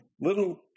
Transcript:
little